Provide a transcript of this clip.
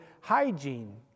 hygiene